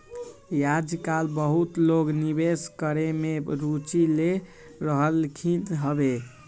याजकाल बहुते लोग निवेश करेमे में रुचि ले रहलखिन्ह हबे